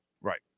Right